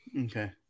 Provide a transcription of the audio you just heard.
Okay